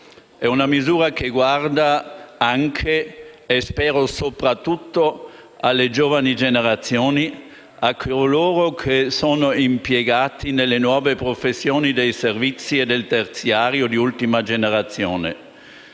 di una misura che guarda anche - io spero soprattutto - alle giovani generazioni, a coloro che sono impiegati nelle nuove professioni dei servizi e del terziario di ultima generazione: